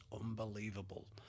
unbelievable